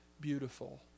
beautiful